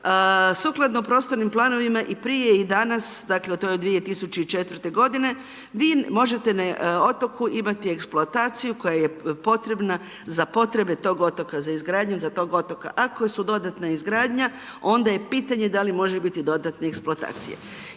Sukladno prostornim planovima i prije i danas, dakle to je od 2004. godine, vi možete na otoku imati eksploataciju koja je potrebna za potrebe to otoka, za izgradnju tog otoka. Ako su dodatna izgradnja, onda je pitanje da li može biti dodatne eksploatacije.